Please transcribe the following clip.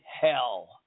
hell